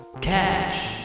cash